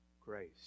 Grace